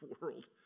world